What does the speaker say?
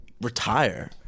retire